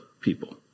people